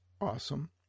awesome